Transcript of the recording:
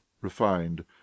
refined